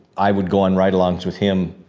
i would go on ride alongs with him,